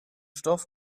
stoff